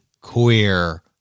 queer